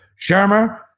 Shermer